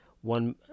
one